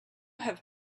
have